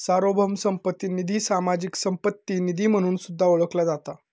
सार्वभौम संपत्ती निधी, सामाजिक संपत्ती निधी म्हणून सुद्धा ओळखला जाता